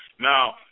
Now